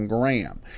Graham